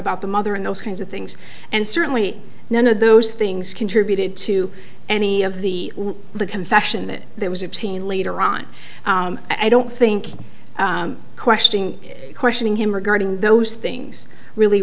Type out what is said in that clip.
about the mother and those kinds of things and certainly none of those things contributed to any of the the confession that there was a teen later on i don't think questioning questioning him regarding those things really